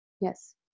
yes